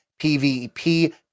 PvP